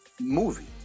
movie